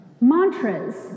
Mantras